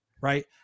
right